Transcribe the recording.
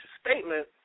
statement